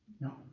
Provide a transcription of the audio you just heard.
No